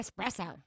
espresso